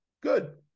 good